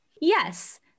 Yes